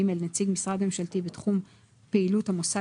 (ג) נציג משרד ממשלתי בתחום פעילות המוסד